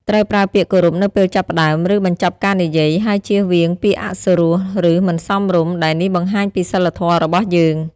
ត្រូវប្រើពាក្យគោរពនៅពេលចាប់ផ្ដើម ឬបញ្ចប់ការនិយាយ ហើយជៀសវាងពាក្យអសុរោះ ឬមិនសមរម្យ ដែលនេះបង្ហាញពីសីលធម៌របស់យើង។